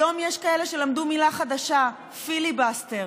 היום יש כאלה שלמדו מילה חדשה: פיליבסטר.